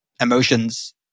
emotions